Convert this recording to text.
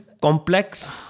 complex